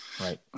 Right